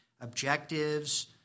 objectives